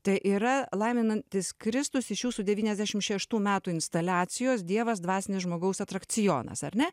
tai yra laiminantis kristus iš jūsų devyniasdešimt šeštų metų instaliacijos dievas dvasinis žmogaus atrakcionas ar ne